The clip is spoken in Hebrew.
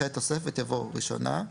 אחרי "תוספת" יבוא "ראשונה".